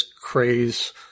craze